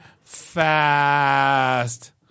fast